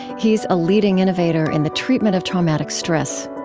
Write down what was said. he's a leading innovator in the treatment of traumatic stress